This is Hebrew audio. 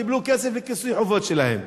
קיבלו כסף לכיסוי החובות שלהם.